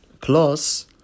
plus